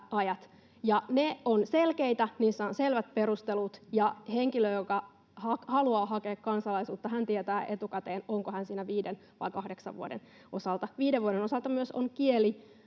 ne ovat selkeitä. Niissä on selvät perustelut, ja henkilö, joka haluaa hakea kansalaisuutta, tietää etukäteen, onko hän siinä viiden vai kahdeksan vuoden osalta. Viiden vuoden osalta on myös